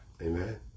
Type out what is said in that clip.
Amen